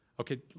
okay